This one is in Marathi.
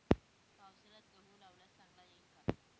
पावसाळ्यात गहू लावल्यास चांगला येईल का?